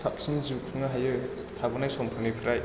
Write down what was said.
साबसिन जिउ खुंनो हायो थाबोनाय समफोरनिफ्राय